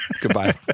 Goodbye